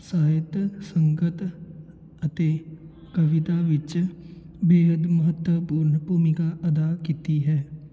ਸਾਹਿਤ ਸੰਕਤ ਅਤੇ ਕਵਿਤਾ ਵਿੱਚ ਬੇਹੱਦ ਮਹੱਤਵਪੂਰਨ ਭੁਮਿਕਾ ਅਦਾ ਕੀਤੀ ਹੈ